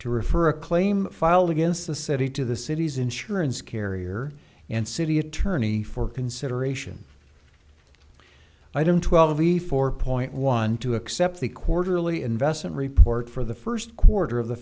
to refer a claim filed against the city to the city's insurance carrier and city attorney for consideration i don't twelve e four point one two accept the quarterly investment report for the first quarter of the